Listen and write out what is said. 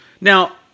Now